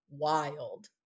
wild